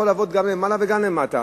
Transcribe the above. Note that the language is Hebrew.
זה יכול לעבוד גם למעלה וגם למטה.